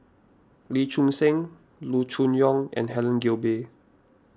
Lee Choon Seng Loo Choon Yong and Helen Gilbey